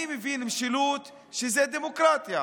אני מבין שמשילות זה דמוקרטיה,